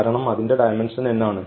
കാരണം അതിൻറെ dimension n ആണ്